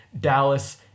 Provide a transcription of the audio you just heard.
Dallas